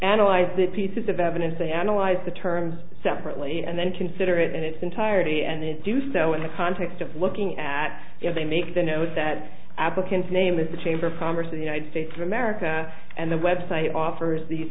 analyze the pieces of evidence they analyze the terms separately and then consider it in its entirety and then do so in the context of looking at if they make the note that applicants name is the chamber of commerce of the united states of america and the website offers these